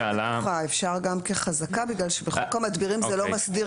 אפשר גם כחזקה בגלל שבחוק המדבירים זה לא מסדיר